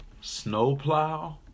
snowplow